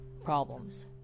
Problems